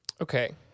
Okay